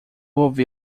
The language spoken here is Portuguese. ouvi